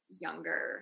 younger